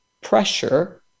pressure